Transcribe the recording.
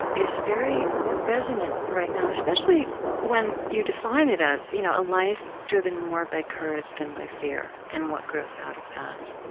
is very resonant right now especially when you define it as you know a life driven more by courage than by fear, and what grows out of that.